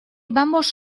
vamos